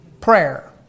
prayer